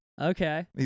Okay